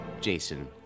Jason